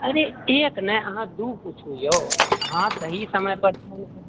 अरे एक नहि अहाँ दू पुछू यौ अहाँ सही समय पर फोन केलहुँ